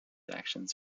actions